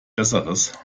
besseres